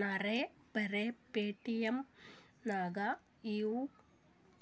ನಾರೇ ಬರೆ ಪೇಟಿಎಂ ನಾಗ್ ಯು